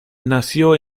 nació